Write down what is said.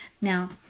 Now